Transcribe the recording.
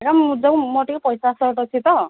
ମୁଁ ଯେଉଁ ମୋର ଟିକେ ପଇସା ଶର୍ଟ୍ ଅଛି ତ